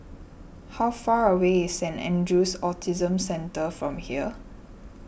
how far away is Saint andrew's Autism Centre from here